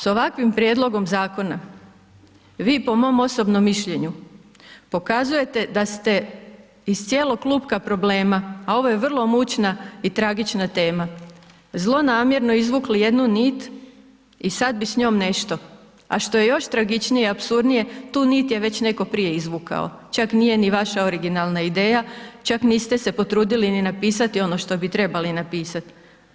S ovakvim prijedlogom zakona, vi po mom osobnom mišljenju pokazujete da ste iz cijelog klupka problema a ovo je vrlo mučna i tragična tema, zlonamjerno izvukli jednu nit i sad bi s njom nešto a što je još tragičnije i apsurdnije, tu nit je već netko prije izvukao, čak nije ni vaša originalna ideja, čak niste se potrudili ni napisati ono što bi trebali napisati.